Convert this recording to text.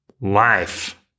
life